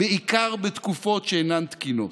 בעיקר בתקופות שאינן תקינות.